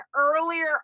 earlier